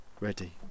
ready